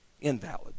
invalid